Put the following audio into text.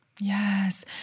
Yes